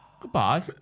Goodbye